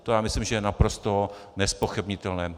To si myslím, že je naprosto nezpochybnitelné.